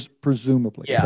presumably